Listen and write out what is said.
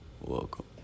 welcome